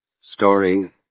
story